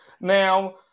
Now